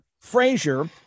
Frazier